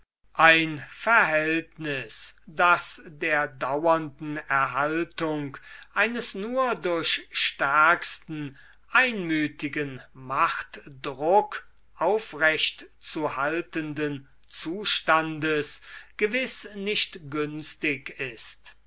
ein verhältnis das der dauernden erhaltung eines nur durch stärksten einmütigen machtdruck aufrechtzuhaltenden zustandes gewiß nicht günstig ist